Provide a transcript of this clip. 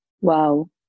wow